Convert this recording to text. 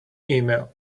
email